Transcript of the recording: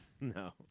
No